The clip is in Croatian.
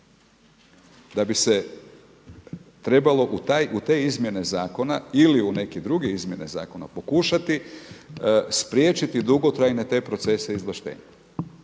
da bi se trebalo u te izmjene zakona ili u neke druge izmjene zakona pokušati spriječiti dugotrajne te procese izvlaštenja.